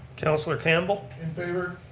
councilor campbell. in favor.